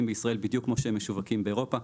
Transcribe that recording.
בישראל בדיוק כמו שהם משווקים באירופה,